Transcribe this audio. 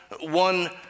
one